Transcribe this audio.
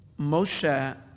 Moshe